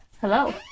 Hello